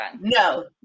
No